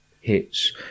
hits